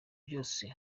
byose